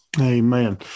Amen